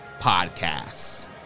podcasts